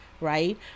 Right